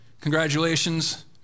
congratulations